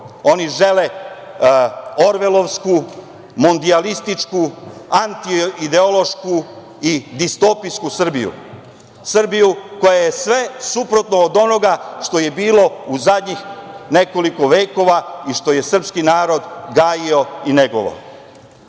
Oni žele orvelovsku, mondijalističku, antiideološku i distopisjku Srbiju, Srbiju koja je sve suprotno od onoga što je bilo u zadnjih nekoliko vekova i što je srpski narod gajio i negovao.